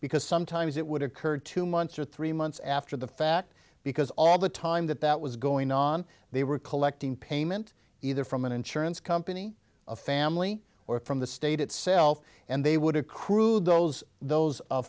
because sometimes it would occur two months or three months after the fact because all the time that that was going on they were collecting payment either from an insurance company of family or from the state itself and they would accrued those those